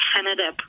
Canada